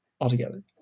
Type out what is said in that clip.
altogether